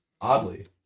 Oddly